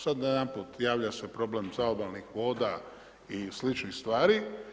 Sada najedanput, javlja se problem zaobalnih voda i sličnih stvari.